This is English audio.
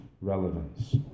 relevance